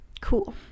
Cool